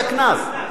העמלה הזאת היא הקנס.